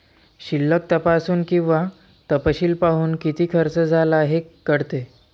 शिल्लक तपासून आणि तपशील पाहून, किती खर्च झाला हे कळते